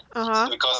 (uh huh)